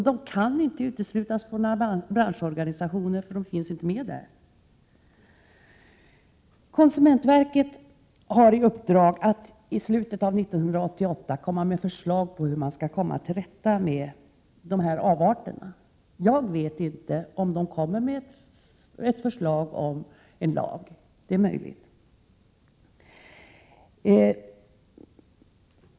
De kan inte uteslutas från några branschorganisationer, för de är inte med där. Konsumentverket har i uppdrag att i slutet av 1988 komma med förslag om hur man skall komma till rätta med dessa avarter. Jag vet inte om de kommer = Prot. 1987/88:124 med ett förslag till en lag, men det är möjligt.